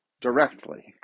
directly